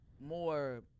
more